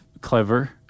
clever